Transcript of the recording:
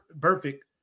Perfect